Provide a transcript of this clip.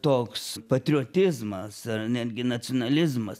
toks patriotizmas ar netgi nacionalizmas